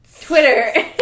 Twitter